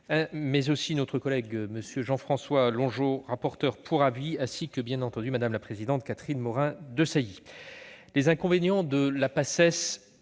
mais aussi notre collègue Jean-François Longeot, rapporteur pour avis et, bien évidemment, Mme la présidente Catherine Morin-Desailly. Les inconvénients de la Paces à